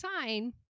sign